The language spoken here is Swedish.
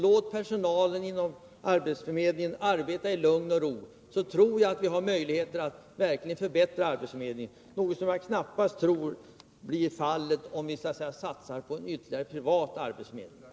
Låt personalen inom arbetsförmedlingen arbeta i lugn och ro, så tror jag att vi har möjligheter att verkligen förbättra arbetsförmedlingen, något som jag knappast tror blir fallet om vi satsar på ytterligare privat arbetsförmedling.